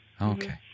Okay